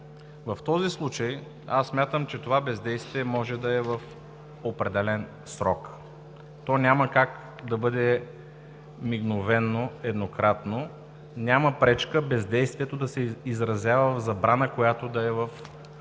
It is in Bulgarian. В този случай аз смятам, че това бездействие може да е в определен срок, то няма как да бъде мигновено, еднократно. Няма пречка бездействието да се изразява в забрана, която да е в някакъв